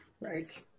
Right